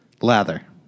Lather